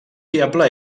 fiable